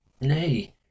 nay